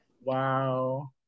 Wow